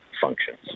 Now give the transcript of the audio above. functions